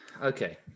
okay